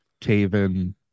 Taven